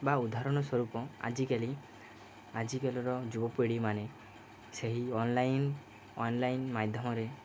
ବା ଉଦାହରଣ ସ୍ୱରୂପ ଆଜିକାଲି ଆଜିକାଲିର ଯୁବପିଢ଼ିମାନେ ସେହି ଅନ୍ଲାଇନ୍ ଅନ୍ଲାଇନ୍ ମାଧ୍ୟମରେ